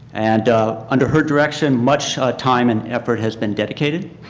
and under her direction much time and effort has been dedicated.